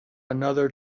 another